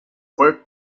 fue